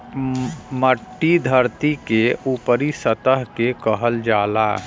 मट्टी धरती के ऊपरी सतह के कहल जाला